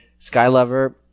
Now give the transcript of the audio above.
Skylover